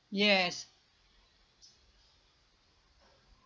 yes